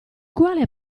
quale